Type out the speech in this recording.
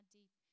deep